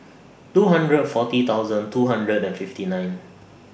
two hundred and forty thousand two hundred and fifty nine